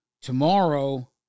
Tomorrow